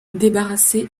débarrassée